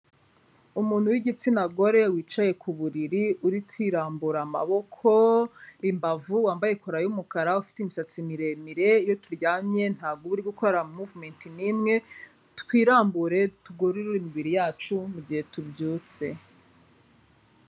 Umuntu w'igitsina gore wicaye ku buriri uri kwirambura amaboko, imbavu, wambaye kora y'umukara, ufite imisatsi miremire, iyo turyamye ntabwo uba uri gukora movement n'imwe, twirambure tugorore imibiri yacu mu gihe tubyutse.